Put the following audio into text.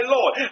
Lord